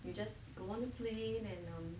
you just go on a plane and um